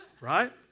Right